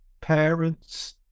parents